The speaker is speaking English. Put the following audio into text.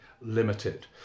limited